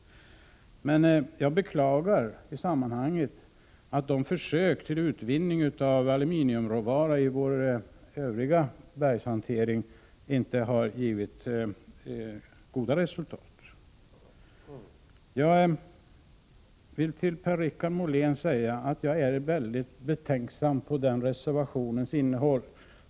Jag beklagar i sammanhanget att försöken till utvinning av aluminiumråvara i vår övriga bergshantering inte har givit goda resultat. Till Per-Richard Molén vill jag säga att jag är mycket betänksam inför den moderata reservationens innehåll.